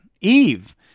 Eve